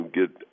get